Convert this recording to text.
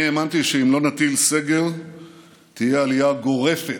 אני האמנתי שאם לא נטיל סגר תהיה עלייה גורפת,